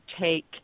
take